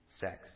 sex